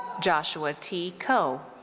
joshua t. koh.